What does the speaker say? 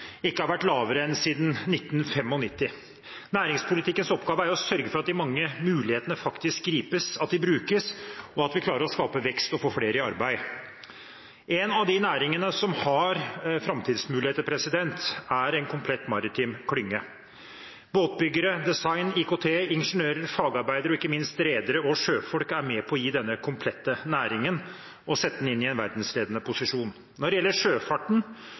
ikke har vært lavere enn siden 1995. Næringspolitikkens oppgave er å sørge for at de mange mulighetene faktisk gripes, at de brukes, og at vi klarer å skape vekst og få flere i arbeid. En av de næringene som har framtidsmuligheter, er en komplett maritim klynge. Båtbyggere, designere, IKT, ingeniører, fagarbeidere og ikke minst redere og sjøfolk er med på å sette denne komplette næringen i en verdensledende posisjon. Når det gjelder sjøfarten,